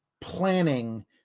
planning